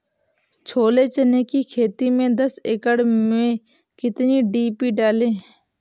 छोले चने की खेती में दस एकड़ में कितनी डी.पी डालें?